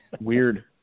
Weird